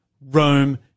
Rome